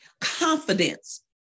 confidence